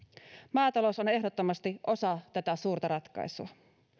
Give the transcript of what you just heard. maatalous on ehdottomasti osa tätä suurta ratkaisua